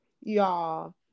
y'all